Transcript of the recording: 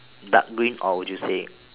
dark green or would you say